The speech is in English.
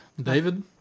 David